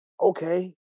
Okay